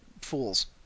fools